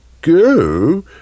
go